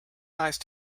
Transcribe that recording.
nice